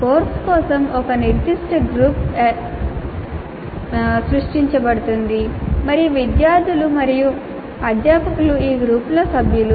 course కోసం ఒక నిర్దిష్ట గ్రూప్ సృష్టించబడుతుంది మరియు విద్యార్థులు మరియు అధ్యాపకులు ఈ గ్రూప్ లో సభ్యులు